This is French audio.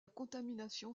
contamination